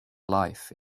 life